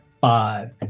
five